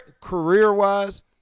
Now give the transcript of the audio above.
career-wise